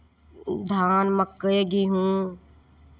धान मक्कइ गहुम